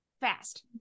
fast